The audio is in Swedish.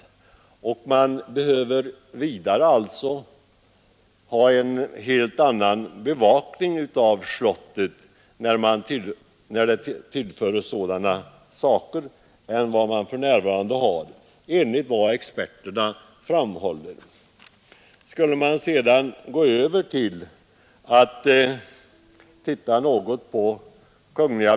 Vidare behöver man enligt vad experterna framhåller ha en helt annan bevakning än för närvarande av slottet när det tillförs sådana saker.